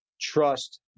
trust